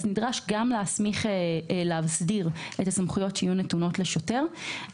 נדרש גם להסדיר את הסמכויות שיהיו נתונות לשוטר.